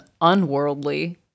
unworldly